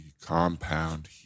compound